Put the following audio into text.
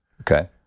Okay